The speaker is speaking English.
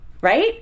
right